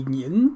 những